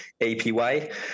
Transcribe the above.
APY